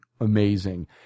amazing